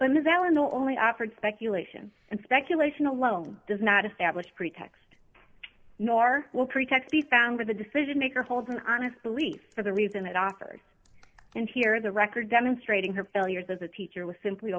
allen only afeard speculation and speculation alone does not establish pretext nor will pretext be found or the decision maker holds an honest belief for the reason it offers and here the record demonstrating her failures as a teacher was simply